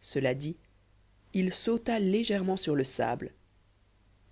cela dit il sauta légèrement sur le sable